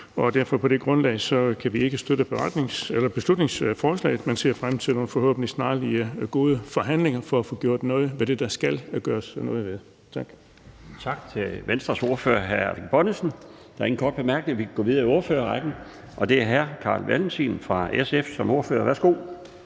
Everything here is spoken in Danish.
På det grundlag kan vi derfor ikke støtte beslutningsforslaget, men vi ser frem til nogle forhåbentlig gode forhandlinger snarlig for at få gjort noget ved det, der skal gøres